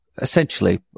essentially